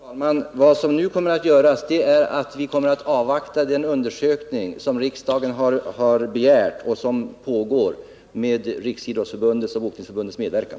Herr talman! Vad som nu kommer att göras är att vi kommer att avvakta den undersökning som riksdagen har begärt och som pågår med Riksidrottsförbundets och Boxningsförbundets medverkan.